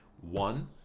One